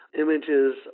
images